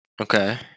Okay